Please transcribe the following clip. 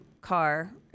car